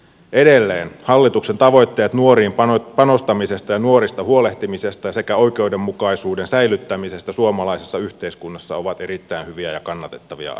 edelleen hallituksen tavoitteet nuoriin panostamisesta ja nuorista huolehtimisesta sekä oikeudenmukaisuuden säilyttämisestä suomalaisessa yhteiskunnassa ovat erittäin hyviä ja kannatettavia asioita